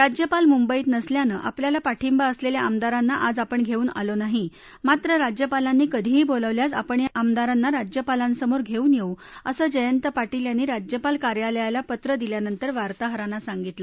राज्यपाल मुंबईत नसल्यानं आपल्याला पाठिंबा असलेल्या आमदारांना आज आपण घेऊन आलो नाही मात्र राज्यपालांनी कधीही बोलावल्यास आपण या आमदारांना राज्यपालांसमोर घेऊन येऊ असं जयंत पाटील यांनी राज्यपाल कार्यालयाला पत्र दिल्यानंतर वार्ताहरांना सांगितलं